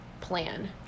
plan